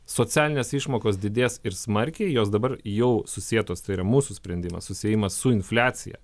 socialinės išmokos didės ir smarkiai jos dabar jau susietos tai yra mūsų sprendimas susiejimas su infliacija